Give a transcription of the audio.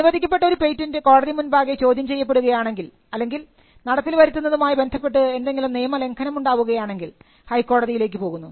അനുവദിക്കപ്പെട്ട ഒരു പേറ്റന്റ് കോടതി മുൻപാകെ ചോദ്യം ചെയ്യപ്പെടുകയാണെങ്കിൽ അല്ലെങ്കിൽ നടപ്പിൽ വരുത്തുന്നതുമായി ബന്ധപ്പെട്ട് എന്തെങ്കിലും നിയമലംഘനം ഉണ്ടാവുകയാണെങ്കിൽ ഹൈക്കോടതിയിലേക്ക് പോകുന്നു